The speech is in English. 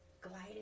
glided